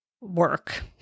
work